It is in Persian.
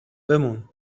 بمون